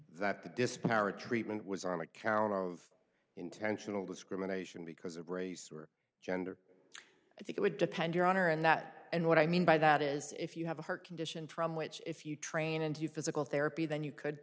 that the disparate treatment was on account of intentional discrimination because of race or gender i think it would depend your honor in that and what i mean by that is if you have a heart condition which if you train into physical therapy then you could